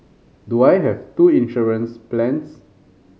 do I have two insurance plans